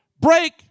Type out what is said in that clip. break